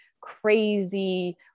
crazy